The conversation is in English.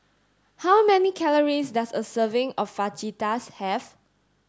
how many calories does a serving of Fajitas have